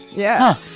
yeah.